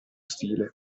stile